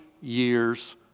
years